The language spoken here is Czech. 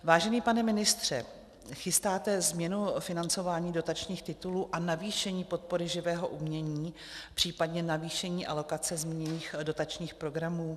Vážený pane ministře, chystáte změnu financování dotačních titulů a navýšení podpory živého umění, příp. navýšení alokace zmíněných dotačních programů?